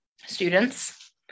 students